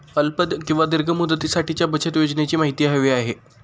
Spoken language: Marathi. अल्प किंवा दीर्घ मुदतीसाठीच्या बचत योजनेची माहिती हवी आहे